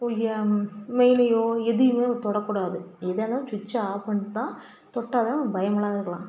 போய் மேலேயோ எதையுமே தொடக்கூடாது எதனாலும் சுட்ச்சை ஆப் பண்ணிட்டு தான் தொட்டால் தான் பயம் இல்லாது இருக்கலாம்